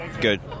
good